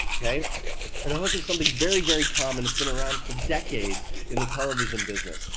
a and hook is something very, very common. it's been around for decades in the television business.